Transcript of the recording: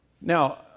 Now